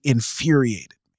Infuriated